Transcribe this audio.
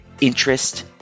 Interest